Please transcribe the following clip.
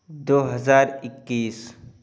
دو ہزار اکیس